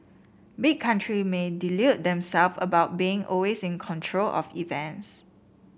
big country may delude them self about being always in control of events